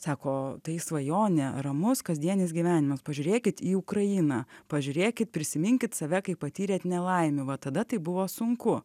sako tai svajonė ramus kasdienis gyvenimas pažiūrėkit į ukrainą pažiūrėkit prisiminkit save kai patyrėt nelaimių va tada tai buvo sunku